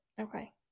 Okay